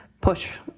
push